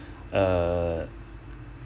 err